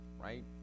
right